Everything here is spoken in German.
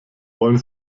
wollen